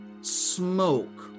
smoke